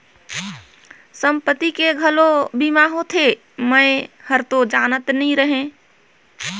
संपत्ति के घलो बीमा होथे? मे हरतो जानते नही रहेव